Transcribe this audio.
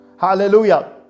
Hallelujah